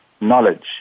knowledge